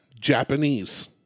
Japanese